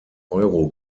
euro